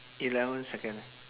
eleven second